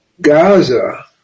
Gaza